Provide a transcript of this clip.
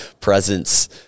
presence